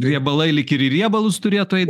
riebalai lyg į riebalus turėtų eit